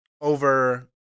Over